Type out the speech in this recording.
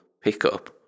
pickup